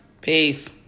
Peace